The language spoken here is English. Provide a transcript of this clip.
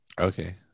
Okay